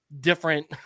different